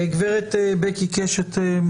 גב' בקי קשת,